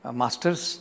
master's